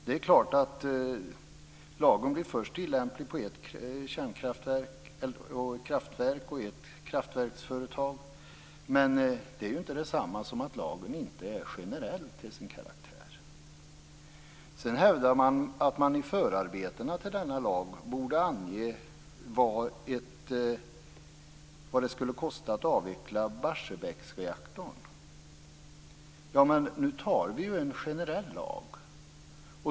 Det är klart att lagen först blir tillämplig på ett kraftverk och ett kraftverksföretag. Men det är ju inte detsamma som att lagen inte är generell till sin karaktär. Sedan hävdar man att det i förarbetena till denna lag borde anges vad det skulle kosta att avveckla Barsebäcksreaktorn. Men nu antar vi ju en generell lag.